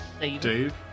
Dave